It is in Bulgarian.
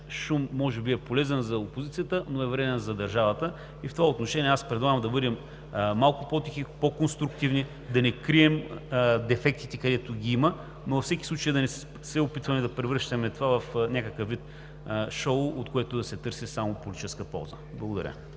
шум може би е полезен за опозицията, но е вреден за държавата и в това отношение аз предлагам да бъдем малко по-тихи, по-конструктивни, да не крием дефектите, където ги има, но във всеки случай да не се опитваме да превръщаме това в някакъв вид шоу, от което да се търси само политическа полза. Благодаря.